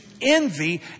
envy